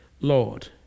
Lord